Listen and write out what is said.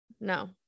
no